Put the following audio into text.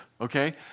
Okay